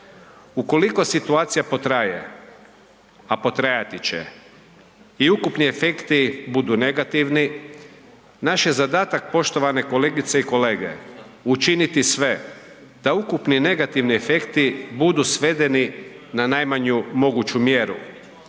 Ukoliko situacija potraje, a potrajati će i ukupni efekti budu negativni, naš je zadatak poštovane kolegice i kolege učiniti sve da ukupni negativni efekti budu svedeni na najmanju moguću mjeru,